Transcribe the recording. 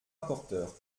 rapporteur